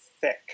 thick